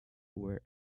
were